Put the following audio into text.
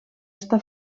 està